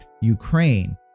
Ukraine